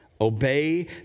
Obey